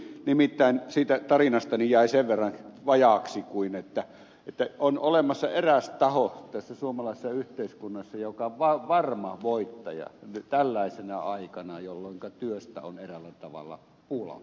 nimittäin siitä tarinastani jäi sen verran vajaaksi että on olemassa eräs taho tässä suomalaisessa yhteiskunnassa joka on varma voittaja tällaisena aikana jolloinka työstä on eräällä tavalla pula